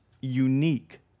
unique